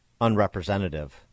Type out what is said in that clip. unrepresentative